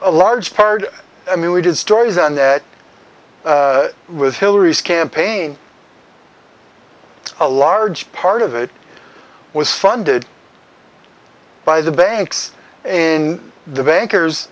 a large part i mean we did stories on that was hillary's campaign a large part of it was funded by the banks in the bankers